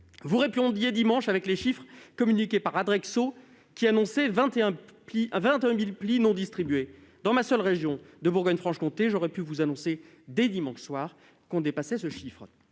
Vous répondiez dimanche en citant les chiffres communiqués par Adrexo, selon lesquels 21 000 plis n'auraient pas été distribués. Dans ma seule région de Bourgogne-Franche-Comté, j'aurais pu vous annoncer dès dimanche qu'on dépassait ces chiffres